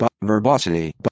Verbosity